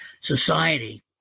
Society